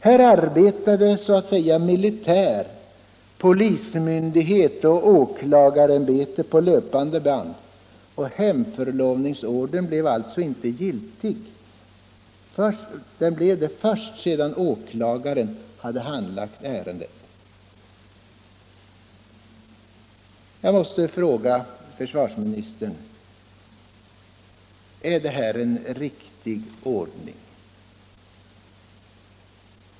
Här arbetade alltså militär, polismyndighet och åklagarämbete så att säga på löpande band och hemförlovningsordern blev alltså giltig först sedan åklagaren hade handlagt ärendet. Jag måste fråga försvarsministern: Är detta en riktig ordning?